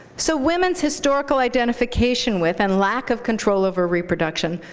so women's historical identification with and lack of control over reproduction,